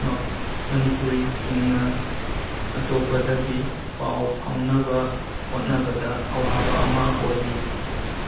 ꯃꯅꯤꯄꯨꯔꯤꯁꯤꯡꯅ ꯑꯇꯣꯞꯄꯗꯒꯤ ꯄꯥꯎ ꯐꯥꯎꯅꯕ ꯍꯣꯠꯅꯕꯗ ꯑꯋꯥꯕ ꯑꯃ ꯑꯣꯏꯔꯤ